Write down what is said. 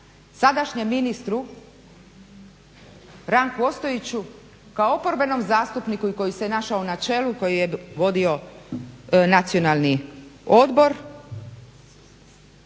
sadašnjem ministru Ranku Ostojiću kao oporbenom zastupniku i koji se našao na čelu koji je vodio Nacionalni odbor